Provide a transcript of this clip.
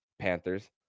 Panthers